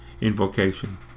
Invocation